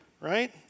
Right